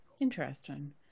Interesting